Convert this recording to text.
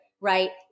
right